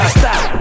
stop